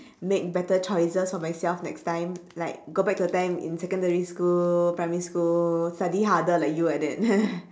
make better choices for myself next time like go back to the time secondary school primary school study harder like you like that